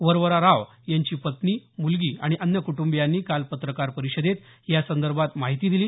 वरवरा राव यांची पत्नी मुलगी आणि अन्य कुटुंबियांनी काल पत्रकार परिषदेत या संदर्भात माहिती दिली